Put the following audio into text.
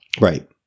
right